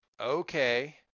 Okay